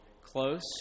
close